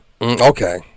Okay